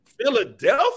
Philadelphia